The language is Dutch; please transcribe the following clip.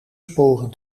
sporen